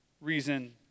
reason